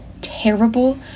terrible